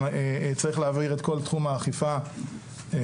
גם צריך להעביר את כל תחום האכיפה מקמ"ט